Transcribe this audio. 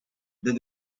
then